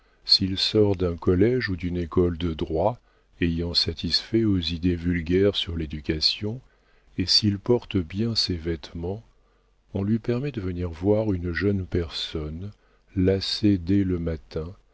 s'il sort d'un collége ou d'une école de droit ayant satisfait aux idées vulgaires sur l'éducation et s'il porte bien ses vêtements on lui permet de venir voir une jeune personne lacée dès le matin